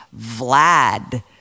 Vlad